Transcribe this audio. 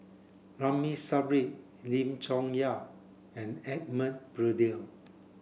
Ramli Sarip Lim Chong Yah and Edmund Blundell